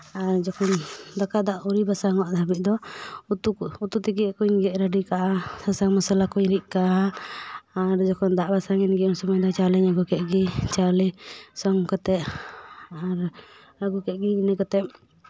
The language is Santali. ᱟᱨ ᱡᱚᱠᱷᱚᱱ ᱫᱟᱠᱟ ᱫᱟᱜ ᱟᱹᱣᱨᱤ ᱵᱟᱥᱟᱝ ᱚᱜ ᱫᱷᱟᱹᱵᱤᱡ ᱫᱚ ᱩᱛᱩ ᱠᱚ ᱩᱛᱩ ᱛᱮᱭᱟᱜ ᱠᱚᱹᱧ ᱜᱮᱫ ᱨᱮᱰᱤ ᱠᱟᱜᱼᱟ ᱥᱟᱥᱟᱝ ᱢᱚᱥᱞᱟ ᱠᱚᱧ ᱨᱤᱫ ᱠᱟᱜᱼᱟ ᱟᱨ ᱡᱚᱠᱷᱚᱱ ᱫᱟᱜ ᱵᱟᱥᱟᱝ ᱮᱱᱜᱮ ᱩᱱ ᱥᱚᱢᱚᱭ ᱫᱚ ᱪᱟᱣᱞᱮᱧ ᱟᱹᱜᱩ ᱠᱮᱜ ᱜᱮ ᱪᱟᱣᱞᱮ ᱥᱚᱝ ᱠᱟᱛᱮᱜ ᱟᱨ ᱟᱹᱜᱩ ᱠᱮᱜ ᱜᱮ ᱤᱱᱟᱹ ᱠᱟᱛᱮᱜ